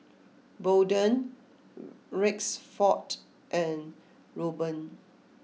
Bolden Rexford and Robyn